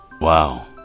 Wow